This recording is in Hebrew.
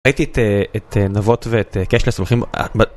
ראיתי את נבות ואת קשלה סמכים